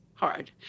hard